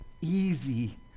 easy